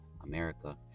America